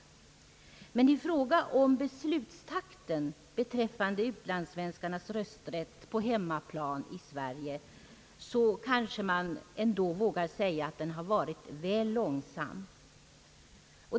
Men i fråga om beslutstakten beträffande utlandssvenskarans rösträtt på hemmaplan, i Sverige, kanske man ändå vågar säga, att den har varit väl långsam.